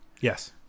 Yes